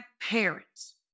parents